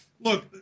look